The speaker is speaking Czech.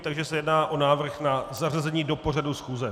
Takže se jedná o návrh na zařazení do pořadu schůze.